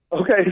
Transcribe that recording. Okay